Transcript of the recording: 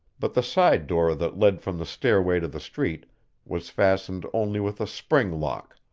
but the side door that led from the stairway to the street was fastened only with a spring lock,